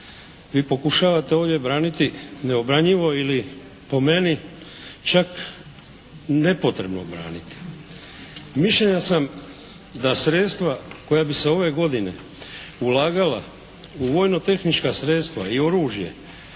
vi pokušavate ovdje braniti neobranjivo ili po meni čak nepotrebno braniti. Mišljenja sam da sredstva koja bi se ove godine ulagala u vojno-tehnička sredstva i oružje